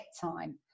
time